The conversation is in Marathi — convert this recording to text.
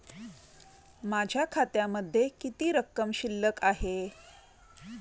माझ्या खात्यामध्ये किती रक्कम शिल्लक आहे?